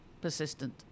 persistent